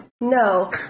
No